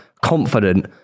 confident